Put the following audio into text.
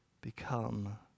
become